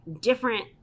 different